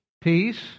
Peace